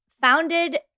founded